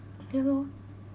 ya lor